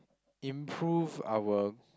improve our